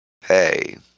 pay